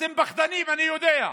אתם פחדנים, אני יודע.